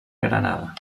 granada